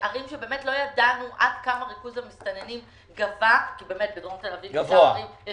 ערים שבאמת לא ידענו עד כמה ריכוז המסתננים גדל בהן בשנים